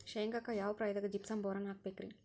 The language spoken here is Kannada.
ಶೇಂಗಾಕ್ಕ ಯಾವ ಪ್ರಾಯದಾಗ ಜಿಪ್ಸಂ ಬೋರಾನ್ ಹಾಕಬೇಕ ರಿ?